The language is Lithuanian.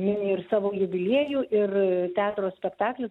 mini ir savo jubiliejų ir teatro spektaklis